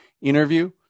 interview